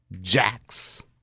jacks